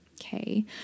okay